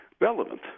relevant